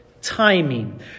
Timing